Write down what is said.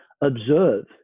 observe